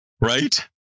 Right